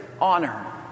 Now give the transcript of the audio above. honor